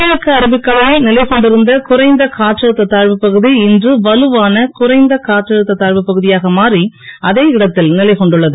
நேற்று தென்கிழக்கு அரபிக்கடலில் நிலை கொண்டிருந்த குறைந்த காற்றழுத்த தாழ்வுப்பகுதி இன்று வலுவான குறைந்த காற்றழுத்த தாழ்வுப்பகுதியாக மாறி அதே இடத்தில் நிலை கொண்டுள்ளது